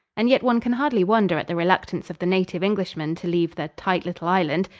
and yet one can hardly wonder at the reluctance of the native englishman to leave the tight little island,